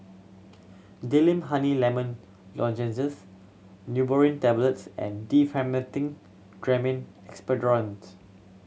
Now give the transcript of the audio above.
Honey Lemon Lozenges Neurobion Tablets and Diphenhydramine Expectorant